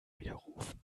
widerrufen